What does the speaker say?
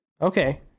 okay